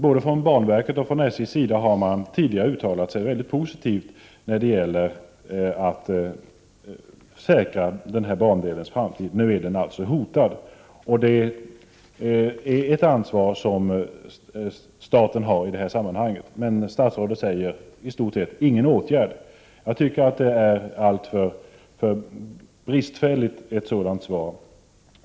Både från banverkets och från SJ:s sida har man tidigare uttalat sig mycket positivt när det gäller att säkra den här bandelens framtid. Nu är den alltså hotad. Staten har ett ansvar i detta sammanhang. Statsrådet säger att det i stort sett inte skall vidtas någon åtgärd. Jag tycker att det är ett alltför bristfälligt svar.